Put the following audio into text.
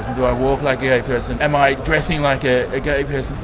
do i walk like gay person, am i dressing like a ah gay person?